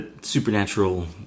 supernatural